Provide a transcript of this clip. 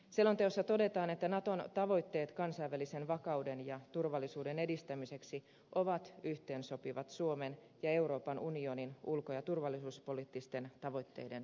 selonteossa todetaan että naton tavoitteet kansainvälisen vakauden ja turvallisuuden edistämiseksi ovat yhteensopivat suomen ja euroopan unionin ulko ja turvallisuuspoliittisten tavoitteiden kanssa